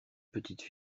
petites